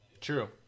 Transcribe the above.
true